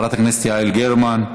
חברת הכנסת יעל גרמן,